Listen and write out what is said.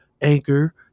Anchor